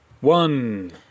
one